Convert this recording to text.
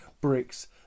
bricks